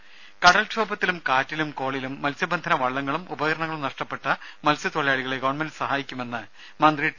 രുര കടൽക്ഷോഭത്തിലും കാറ്റിലും കോളിലും മത്സ്യ ബന്ധന വള്ളങ്ങളും ഉപകരണങ്ങളും നഷ്ടപ്പെട്ട മത്സ്യത്തൊഴിലാളികളെ ഗവൺമെന്റ് സഹായിക്കുമെന്ന് മന്ത്രി ടി